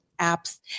apps